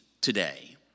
today